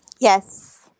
Yes